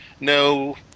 no